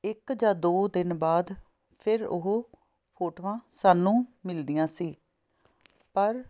ਇੱਕ ਜਾਂ ਦੋ ਦਿਨ ਬਾਦ ਫੇਰ ਉਹ ਫੋਟੋਆਂ ਸਾਨੂੰ ਮਿਲਦੀਆਂ ਸੀ ਪਰ